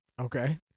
Okay